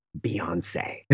Beyonce